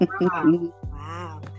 wow